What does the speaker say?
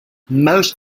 most